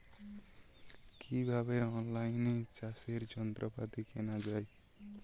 কিভাবে অন লাইনে চাষের যন্ত্রপাতি কেনা য়ায়?